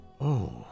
Oh